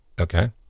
Okay